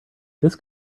this